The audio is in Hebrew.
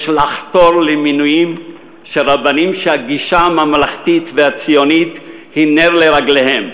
יש לחתור למינוי רבנים שהגישה הממלכתית והציונית היא נר לרגליהם,